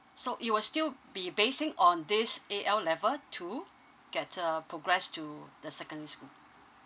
so it will still be basing on this A_L level to get uh progress to the secondary school